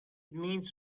means